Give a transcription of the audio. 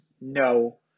No